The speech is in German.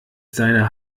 seiner